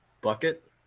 bucket